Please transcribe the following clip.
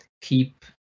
keep